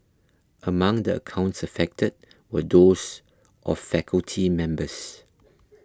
among the accounts affected were those of faculty members